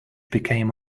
became